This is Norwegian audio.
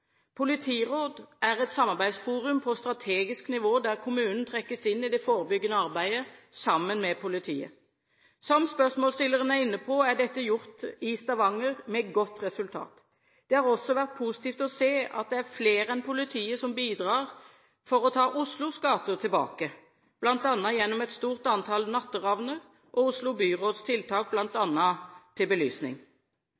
Politiråd er et samarbeidsforum på strategisk nivå der kommunen trekkes inn i det forebyggende arbeidet sammen med politiet. Som spørsmålsstilleren er inne på, er dette gjort i Stavanger med godt resultat. Det har også vært positivt å se at det er flere enn politiet som bidrar for å ta Oslos gater tilbake, bl.a. gjennom et stort antall natteravner og gjennom Oslo byråds tiltak,